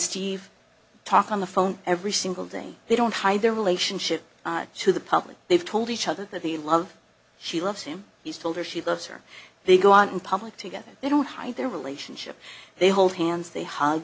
steve talk on the phone every single day they don't hide their relationship to the public they've told each other that the love she loves him he's told her she loves her they go out in public together they don't hide their relationship they hold hands they